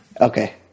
Okay